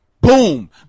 boom